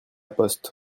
poste